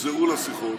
יחזרו לשיחות,